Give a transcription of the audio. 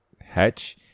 hatch